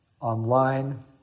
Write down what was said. online